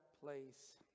place